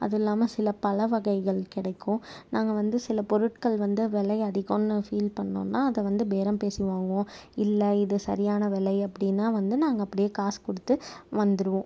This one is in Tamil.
அதுவும் இல்லாமல் சில பழம் வகைகள் கிடைக்கும் நாங்கள் வந்து சில பொருட்கள் வந்து விலை அதிகம்னு ஃபீல் பண்ணிணோன்னா அதை வந்து பேரம் பேசி வாங்குவோம் இல்லை இது சரியான விலை அப்படினா வந்து நாங்கள் அப்படியே வந்து காசு கொடுத்து வந்துடுவோம்